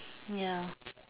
ya